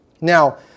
Now